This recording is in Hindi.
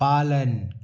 पालन